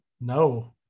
No